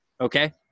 Okay